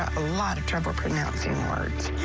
a lot of trouble pronouncing words,